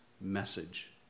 message